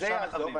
זה יעזור.